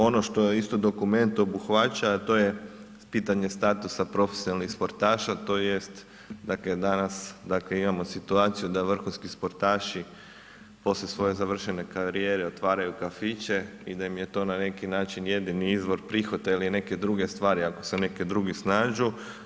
Ono što je isto dokument obuhvaća, to je pitanje statusa profesionalnih sportaša, tj. danas, dakle imamo situaciju da vrhunski sportaši poslije svoje završene karijere otvaraju kafiće i da im je to na neki način jedini izvor prihoda ili neke druge stvari ako se neke drugih snađu.